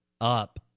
up